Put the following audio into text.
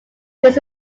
this